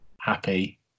happy